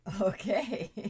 Okay